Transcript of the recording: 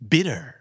Bitter